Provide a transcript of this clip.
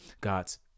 God's